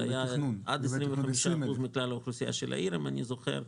עד 25% מכלל אוכלוסיית העיר, אם אני זוכר נכון.